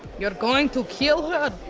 you're going to kill her?